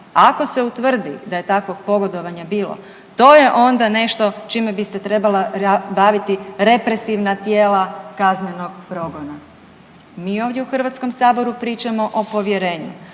Ako se utvrdi da je takvog pogodovanja bilo to je onda nešto čime bi se trebala baviti represivna tijela kaznenog progona. Mi ovdje u HS pričamo o povjerenju,